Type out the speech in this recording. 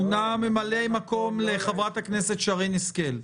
מונה ממלא-מקום לחברת הכנסת שרן השכל.